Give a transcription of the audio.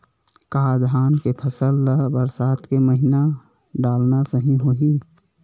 का धान के फसल ल बरसात के महिना डालना सही होही?